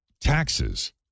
taxes